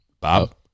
Bob